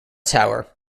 tower